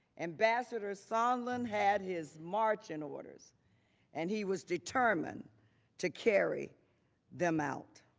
ambassador sondland had his march in order and he was determined to carry them out.